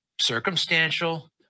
Circumstantial